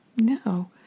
No